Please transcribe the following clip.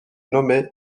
nommée